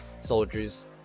soldiers